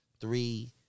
three